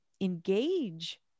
engage